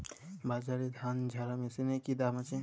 বাজারে ধান ঝারা মেশিনের কি দাম আছে?